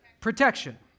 Protection